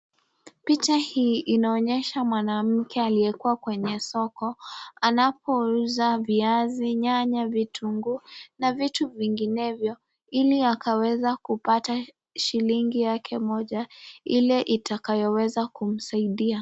Picha hii inaonyesha mwanamke aliyekuwa kwenye soko anapouza viazi, nyanya, vitunguu na vitu vinginevyo ili akaweza kupata shilingi yake moja ile itakayoweza kumsaidia.